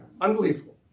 Unbelievable